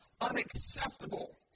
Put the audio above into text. unacceptable